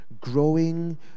growing